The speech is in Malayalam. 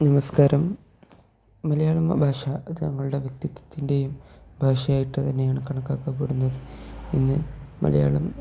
നമസ്കാരം മലയാളം ഭാഷ അത് ഞങ്ങളുടെ വ്യക്തിത്വത്തിൻ്റെയും ഭാഷയായിട്ട് തന്നെയാണ് കണക്കാക്കപ്പെടുന്നത് ഇന്ന് മലയാളം